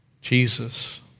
Jesus